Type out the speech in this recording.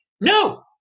no